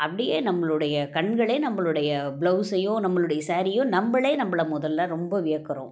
அப்படியே நம்மளுடைய கண்களே நம்மளுடைய ப்ளவுஸையோ நம்மளுடைய ஸாரீயோ நம்மளே நம்மள முதலில் ரொம்ப வியக்குறோம்